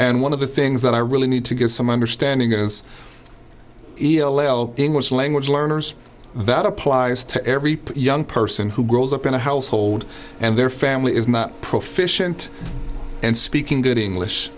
and one of the things that i really need to get some understanding is english language learners that applies to every young person who grows up in a household and their family is not proficient and speaking good english